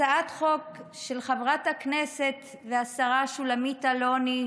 הצעת חוק של חברת הכנסת והשרה שולמית אלוני,